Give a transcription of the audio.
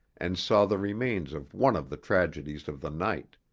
and saw the remains of one of the tragedies of the night.